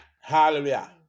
Hallelujah